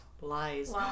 Lies